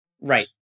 Right